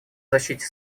защите